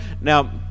Now